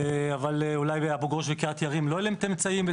אבל אולי באבו גוש וקריית יערים לא יהיה להם את האמצעים.